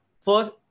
First